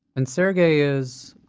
and sergey is,